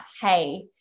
Hey